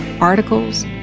articles